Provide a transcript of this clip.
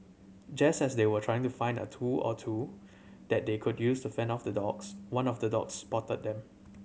just as they were trying to find a tool or two that they could use to fend off the dogs one of the dogs spotted them